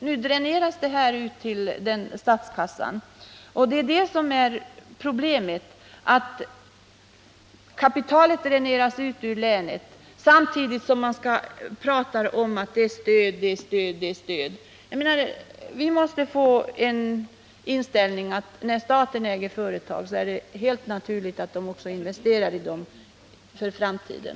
Nu dräneras pengarna till statskassan, och det är det som är problemet. Kapitalet dräneras ut ur länet, samtidigt som man talar om att man ger stöd, stöd och åter stöd. Vi måste få fram en inställning som innebär att när staten äger företag är det helt naturligt att man också investerar i företagen för framtiden.